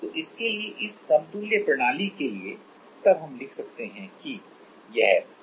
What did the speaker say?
तो इसके लिए इस समतुल्य प्रणाली के लिए तब हम लिख सकते हैं कि यह Kequ x है